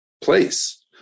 place